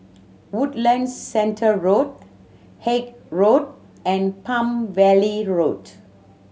Woodlands Centre Road Haig Road and Palm Valley Road